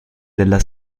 della